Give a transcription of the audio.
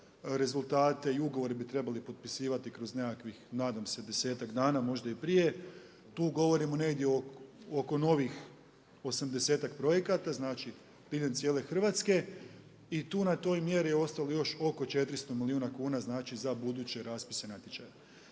Rezultate i ugovore bi trebali potpisivati kroz nekakvih nadam se 10-ak dana možda i prije. Tu govorimo negdje oko novih, 80-ak projekata, znači diljem cijele Hrvatske. I tu na toj mjeri je ostalo još oko 400 milijuna kuna znači za buduće raspisane natječaje.